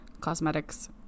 cosmetics